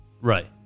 Right